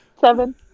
Seven